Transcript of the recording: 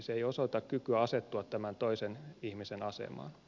se ei osoita kykyä asettua tämän toisen ihmisen asemaan